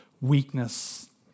weakness